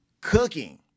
cooking